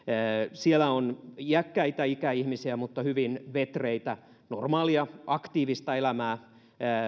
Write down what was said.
siellä on iäkkäitä ikäihmisiä mutta hyvin vetreitä normaalia aktiivista elämää